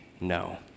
no